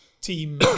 team